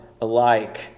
alike